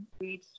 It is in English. read